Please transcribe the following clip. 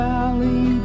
Valley